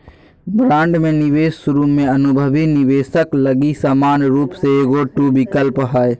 bond में निवेश शुरु में अनुभवी निवेशक लगी समान रूप से एगो टू विकल्प हइ